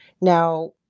now